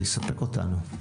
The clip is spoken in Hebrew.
זה יספק אותנו.